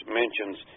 mentions